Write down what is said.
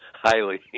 Highly